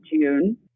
June